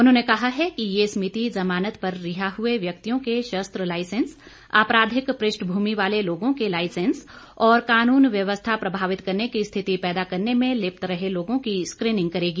उन्होंने कहा है कि ये समिति जमानत पर रिहा हुए व्यक्तियों के शस्त्र लाईसेंस आपराधिक पृष्ठभूमि वाले लोगों के लाईसेंस और कानून व्यवस्था प्रभावित करने की स्थिति पैदा करने में लिप्त रहे लोगों की स्क्रीनिंग करेगी